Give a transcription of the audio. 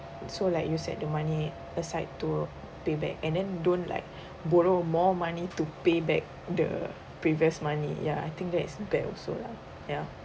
so like you set the money aside to pay back and then don't like borrow more money to pay back the previous money ya I think that is bad also lah ya